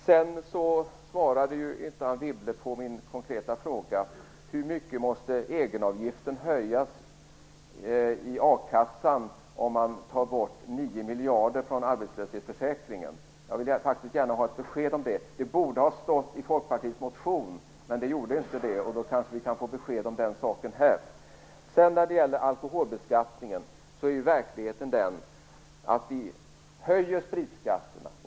Anne Wibble svarade inte på min konkreta fråga om hur mycket egenavgiften måste höjas i a-kassan om man tar bort 9 miljarder kronor från arbetslöshetsförsäkringen. Jag vill faktiskt gärna ha ett besked om detta. Det borde ha stått i Folkpartiets motion, men det gjorde det inte. Vi kanske kan få besked om den saken här. När det gäller alkoholbeskattningen är verkligheten att vi höjer spritskatterna.